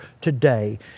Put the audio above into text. today